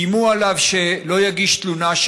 איימו עליו שלא יגיש תלונה,